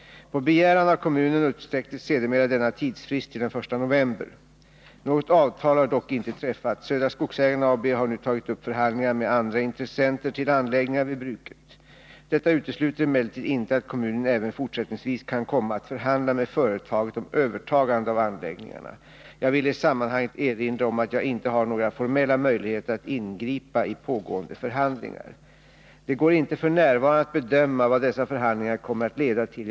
På begäran av kommunen utsträcktes sedermera denna tidsfrist till den 1 november. Något avtal har dock inte träffats. Södra Skogsägarna AB har nu tagit upp förhandlingar med andra intressenter till anläggningarna vid bruket. Detta utesluter emellertid inte att kommunen även fortsättningsvis kan komma att förhandla med företaget om övertagande av anläggningarna. Jag vill i sammanhanget erinra om att jag inte har några formella möjligheter att ingripa i pågående förhandlingar. Det går inte f. n. att bedöma vad dessa förhandlingar kommer att leda till.